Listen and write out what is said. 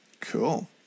cool